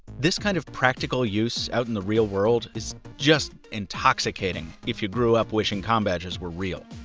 this kind of practical use out in the real world is just intoxicating if you grew up wishing combadges were real.